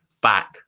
back